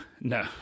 No